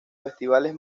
festivales